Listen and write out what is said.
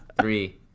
Three